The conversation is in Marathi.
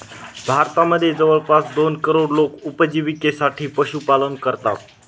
भारतामध्ये जवळपास दोन करोड लोक उपजिविकेसाठी पशुपालन करतात